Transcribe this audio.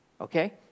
okay